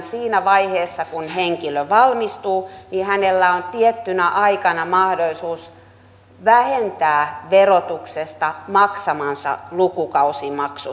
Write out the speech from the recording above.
siinä vaiheessa kun henkilö valmistuu hänellä on tiettynä aikana mahdollisuus vähentää verotuksessa maksamansa lukukausimaksut